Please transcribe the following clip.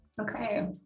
Okay